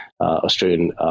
Australian